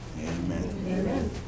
Amen